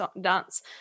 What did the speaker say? dance